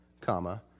comma